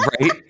right